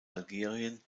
algerien